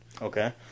Okay